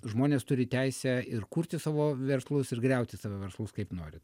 žmonės turi teisę ir kurti savo verslus ir griauti savo verslus kaip nori